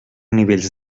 nivells